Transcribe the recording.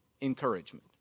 encouragement